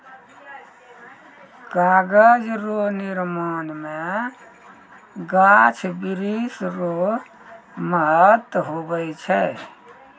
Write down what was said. कागज रो निर्माण मे गाछ वृक्ष रो महत्ब हुवै छै